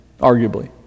arguably